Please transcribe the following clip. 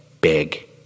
big